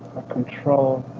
controlled